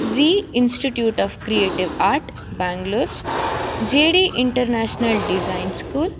Zee institute of creative art Bangalore J D international design school